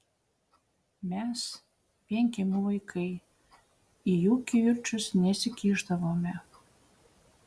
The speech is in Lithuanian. mes vienkiemių vaikai į jų kivirčus nesikišdavome